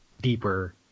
deeper